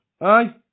Aye